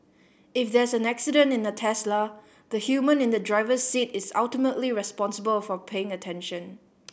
if there's an accident in a Tesla the human in the driver's seat is ultimately responsible for paying attention